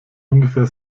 ungefähr